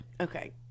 Okay